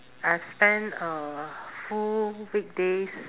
I've spent uh full weekdays